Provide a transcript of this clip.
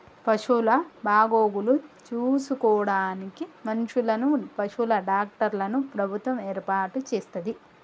పశువుల బాగోగులు చూసుకోడానికి మనుషులను, పశువుల డాక్టర్లను ప్రభుత్వం ఏర్పాటు చేస్తది